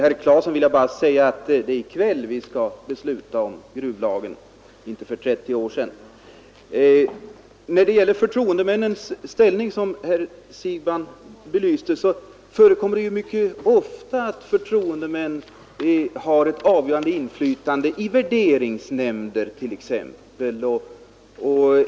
Fru talman! Det är i kväll vi skall besluta om gruvlagen, herr Claeson, inte för 30 år sedan. Det förekommer ju mycket ofta, herr Siegbahn, att förtroendemän har ett avgörande inflytande. Så är t.ex. fallet i olika värderingsnämnder.